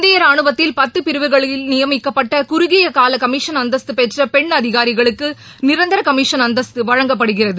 இந்திய ரானுவத்தில் பத்து பிரிவுகளில் நியமிக்கப்பட்ட குறுகியகால கமிஷன் அந்தஸ்து பெற்ற பெண் அதிகாரிகளுக்கு நிரந்தர கமிஷன் அந்தஸ்து வழங்கப்படுகிறது